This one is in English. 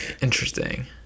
Interesting